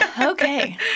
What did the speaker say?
Okay